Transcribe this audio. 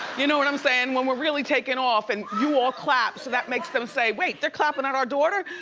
you know what i'm saying? when we're really taking off and you all clap, so that makes them say, wait, they're clapping at our daughter?